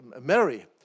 Mary